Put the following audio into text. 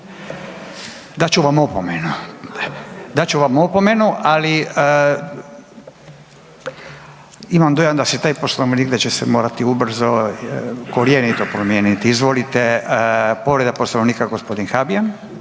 Dat ću vam opomenu, ali imam dojam da će se taj Poslovnik, da će se morati ubrzo korjenito promijeniti. Izvolite povreda Poslovnika g. Habijan.